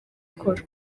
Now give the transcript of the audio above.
gukora